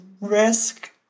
Risk